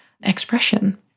expression